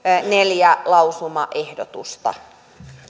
neljä lausumaehdotusta